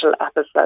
episode